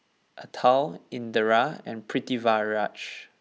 Atal Indira and Pritiviraj